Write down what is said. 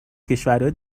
کشورهای